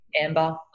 amber